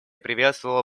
приветствовала